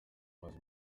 amaze